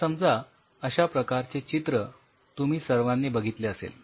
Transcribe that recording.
तर समजा अश्या प्रकारचे चित्र तुम्ही सर्वांनी बघितले असेल